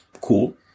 cool